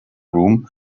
room